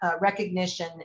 recognition